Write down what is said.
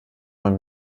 man